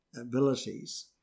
abilities